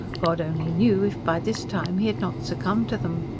god only knew if, by this time, he had not succumbed to them.